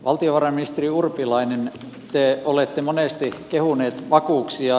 valtiovarainministeri urpilainen te olette monesti kehunut vakuuksia